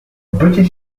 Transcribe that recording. petit